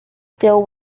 still